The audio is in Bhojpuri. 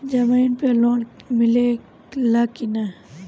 जमीन पे लोन मिले ला की ना?